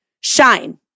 shine